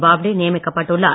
போப்டே நியமிக்கப்பட்டுள்ளார்